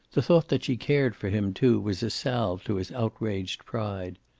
the thought that she cared for him, too, was a salve to his outraged pride.